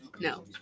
no